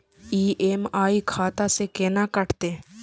EMI खाता से केना कटते?